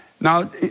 now